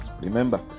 Remember